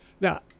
Now